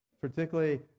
particularly